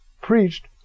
preached